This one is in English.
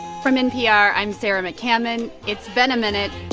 from npr, i'm sarah mccammon. it's been a minute.